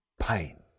pain